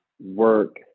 work